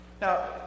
Now